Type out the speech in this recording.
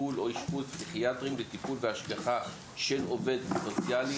טיפול או אשפוז פסיכיאטרי וטיפול בהשגחה של עובד סוציאלי,